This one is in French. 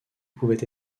pouvait